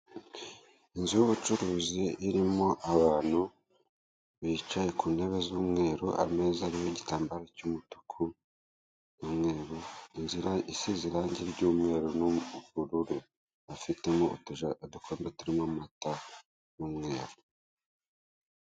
Inzu y'ubucuruzi irimo abantu bicaye ku ntebe z'umweru ameza ariho igitambaro cy'umutuku, n'umweru inzu isize irange ry'umweru n'ubururu, ifitemo utuja udukombe turimo amata, y'umweru.